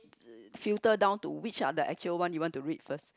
filter down to which are actual one you want to read first